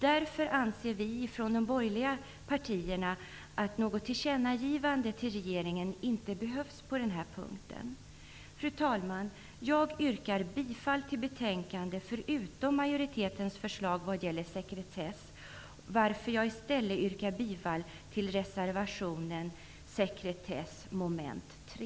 Därför anser vi från de borgerliga partierna att något tillkännagivande till regeringen inte behövs på den här punkten. Fru talman! Jag yrkar bifall till utskottets hemställan förutom majoritetens förslag vad gäller sekretess, varför jag i stället yrkar bifall till reservationen avseende mom. 3.